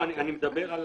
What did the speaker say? אתה מדבר על